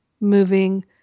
moving